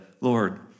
Lord